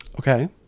Okay